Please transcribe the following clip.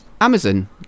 amazon